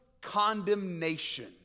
condemnation